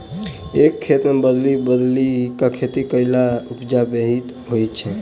एक खेत मे बदलि बदलि क खेती कयला सॅ उपजा बेसी होइत छै